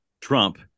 Trump